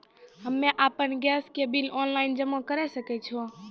हम्मे आपन गैस के बिल ऑनलाइन जमा करै सकै छौ?